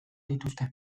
dituzte